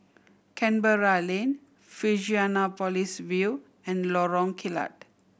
Canberra Lane Fusionopolis View and Lorong Kilat